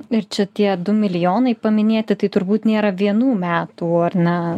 ir čia tie du milijonai paminėti tai turbūt nėra vienų metų ar ne